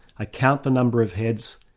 i count the number of heads,